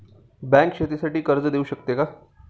Bank शेतीसाठी कर्ज देऊ शकते का?